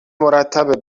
مرتبه